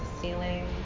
ceiling